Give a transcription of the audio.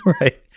Right